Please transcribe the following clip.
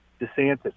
DeSantis